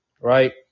right